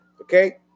okay